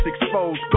exposed